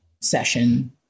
session